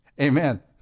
Amen